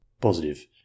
positive